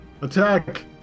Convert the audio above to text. Attack